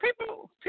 people